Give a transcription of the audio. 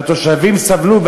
התושבים סובלים,